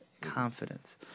confidence